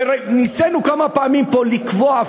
וניסינו כמה פעמים פה לקבוע,